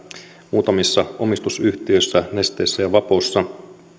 muutamissa omistusyhtiöissä nesteessä ja vapossa